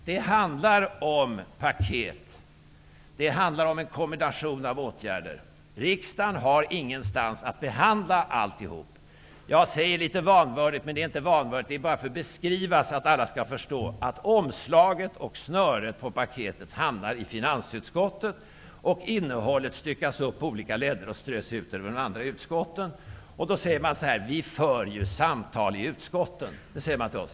Det handlar om paket. Det handlar om en kombination av åtgärder. Riksdagen har inget organ som kan behandla alltihop. Jag uttalar mig litet vanvördigt, men det är inte vanvördigt. Jag säger det för att beskriva förhållandena så att alla förstår. Omslaget och snöret på paketet hamnar i finansutskottet, medan innehållet styckas upp på olika ledder och strös ut över andra utskott. Då säger man så här: Men vi för ju samtal i utskotten.